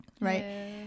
right